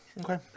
Okay